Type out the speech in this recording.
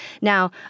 Now